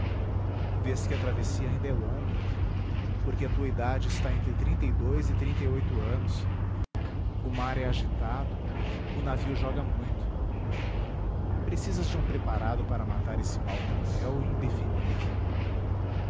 enjôo vês que a travessia ainda é longa porque a tua idade está entre trinta e dois e trinta e oito anos o mar é agitado o navio joga muito precisas de um preparado para matar esse mal cruel